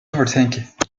overthink